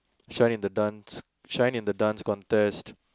shining the dance shining the Dance Contest